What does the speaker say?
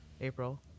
April